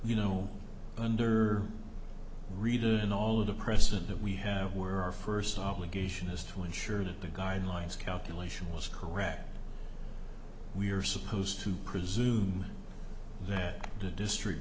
you know under read and all of the present that we have where our first obligation is to ensure that the guidelines calculation was correct we are supposed to presume that the district